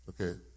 okay